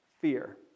fear